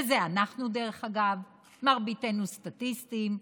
וזה אנחנו, דרך אגב, מרביתנו סטטיסטים,